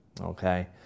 okay